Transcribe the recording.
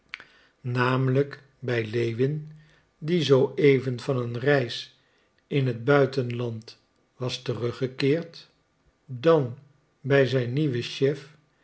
namelijk bij lewin die zooeven van een reis in het buitenland was teruggekeerd dan bij zijn nieuwen chef